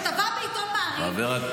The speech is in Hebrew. כתבה בעיתון מעריב,